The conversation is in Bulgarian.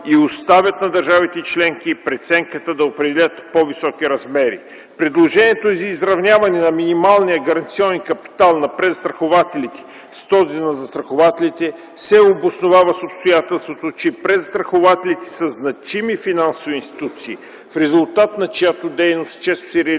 и оставят на държавите членки преценката да определят по-високи размери. Предложението за изравняване на минималния гаранционен капитал на презастрахователите с този на застрахователите се обосновава с обстоятелството, че презастрахователите са значими финансови институции, в резултат на чиято дейност често се реализират